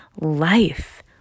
life